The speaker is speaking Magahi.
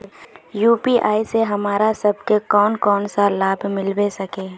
यु.पी.आई से हमरा सब के कोन कोन सा लाभ मिलबे सके है?